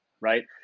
Right